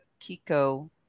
Kiko